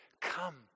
Come